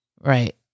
Right